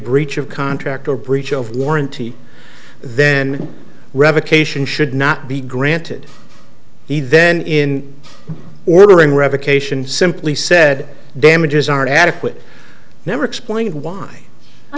breach of contract or breach of warranty then revocation should not be granted he then in ordering revocation simply said damages aren't adequate never explained why i